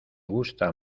gusta